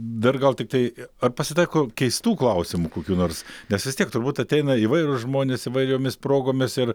dar gal tiktai ar pasitaiko keistų klausimų kokių nors nes vis tiek turbūt ateina įvairūs žmonės įvairiomis progomis ir